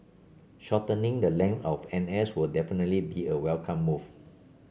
shortening the length of N S will definitely be a welcome move